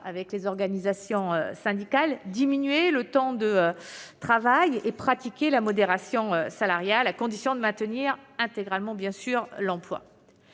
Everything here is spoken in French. avec les organisations syndicales, diminuer le temps de travail et pratiquer la modération salariale, à condition de maintenir intégralement l'emploi.